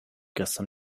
gestern